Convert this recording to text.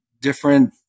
different